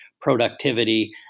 productivity